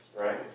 right